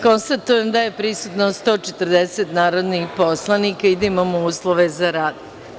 Konstatujem da je prisutno 140 narodnih poslanika i da imamo uslove za rad.